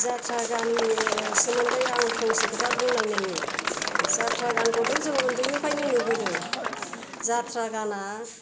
जाथ्रा गाननि सोमोन्दै आं फंसे खोथा बुंनाय नायनो जाथ्रा गानखौथ' जों उन्दैनिफ्रायनो नुबोदों जाथ्रा गाना